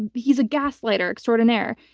and he's a gaslighter extraordinaire.